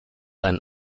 ein